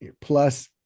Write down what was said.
plus